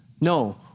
No